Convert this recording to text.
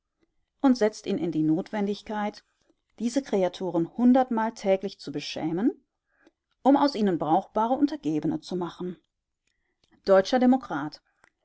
und setzt ihn in die notwendigkeit diese kreaturen hundertmal täglich zu beschämen um aus ihnen brauchbare untergebene zu machen deutscher demokrat